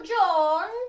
john